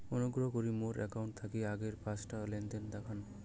অনুগ্রহ করি মোর অ্যাকাউন্ট থাকি আগের পাঁচটা লেনদেন দেখান